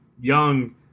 young